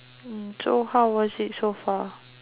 mm so how was it so far